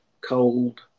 cold